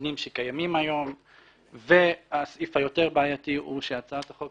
ותמ"א 22. איך את אומרת שלא החלטתם?